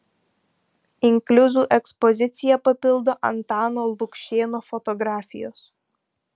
inkliuzų ekspoziciją papildo antano lukšėno fotografijos